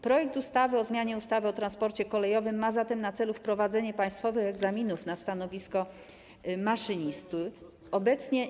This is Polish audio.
Projekt ustawy o zmianie ustawy o transporcie kolejowym ma zatem na celu wprowadzenie państwowych egzaminów na stanowisko maszynisty.